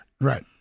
Right